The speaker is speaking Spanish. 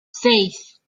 seis